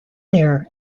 there